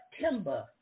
September